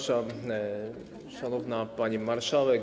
Szanowna Pani Marszałek!